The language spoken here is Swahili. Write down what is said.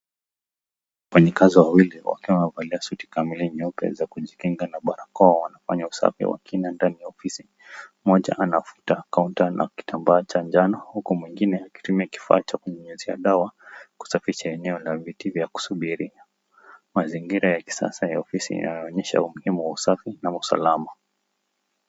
Wafanyikazi wawili wakiwa wamevalia suti kamili nyeupe za kujikinga na barakoa, wanafanya usafi wakiwa ndani ya ofisi, mmoja anavuta kaunta na kitambaa cha njano, huku mwingine akitumia kitambaa kunyunyizia dawa, kusafisha eneo la kusubiria, mazingira ya kisasa yanaonyesha umuhimu wa usafi na usalama.